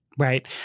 Right